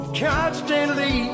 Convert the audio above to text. constantly